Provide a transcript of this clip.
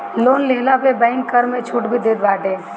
loan लेहला पे bank कर में छुट भी देत बाटे